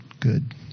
good